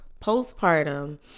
postpartum